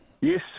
Yes